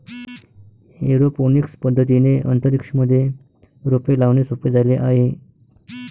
aeroponics पद्धतीने अंतरिक्ष मध्ये रोपे लावणे सोपे झाले आहे